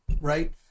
right